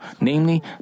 namely